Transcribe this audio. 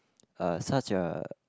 uh such a